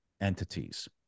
entities